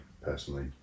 Personally